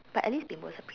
but at least bimbo is